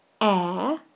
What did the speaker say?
air